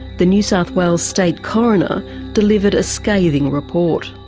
the new south wales state coroner delivered a scathing report.